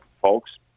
folks